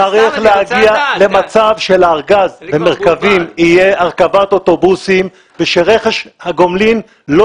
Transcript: למצב שלארגז ולמרכבים תהיה הרכבת אוטובוסים ושרכש הגומלין לא